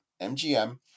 MGM